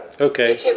Okay